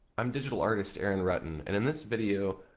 i'm digital artist, aaron rutten and in this video,